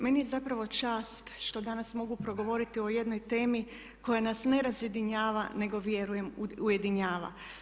Meni je zapravo čast što danas mogu progovoriti o jednoj temi koja nas ne razjedinjava nego vjerujem ujedinjava.